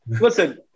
listen